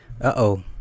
uh-oh